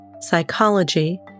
psychology